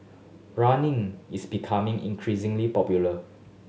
running is becoming increasingly popular